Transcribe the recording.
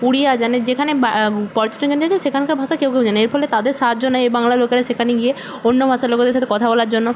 ওড়িয়া জানে যেখানে বা পর্যটন কেন্দ্রে গিয়েছে সেখানকার ভাষা কেউ কেউ জানে এর ফলে তাদের সাহায্য নেয় এই বাংলার লোকেরা সেখানে গিয়ে অন্য ভাষার লোকেদের সাথে কথা বলার জন্য